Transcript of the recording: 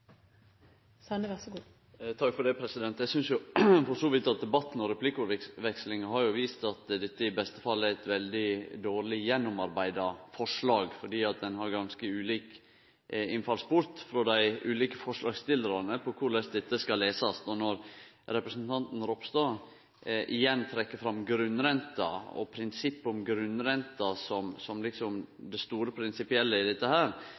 Eg synest for så vidt at debatten og replikkordvekslinga har vist at dette i beste fall er eit veldig dårleg gjennomarbeidd forslag fordi dei ulike forslagsstillarane har ganske ulik inngangsport til korleis dette skal lesast. Når representanten Ropstad igjen trekkjer fram grunnrenta og prinsippet om grunnrenta som det store prinsipielle i dette,